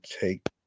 take